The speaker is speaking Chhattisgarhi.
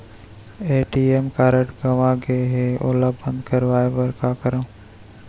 ए.टी.एम कारड गंवा गे है ओला बंद कराये बर का करंव?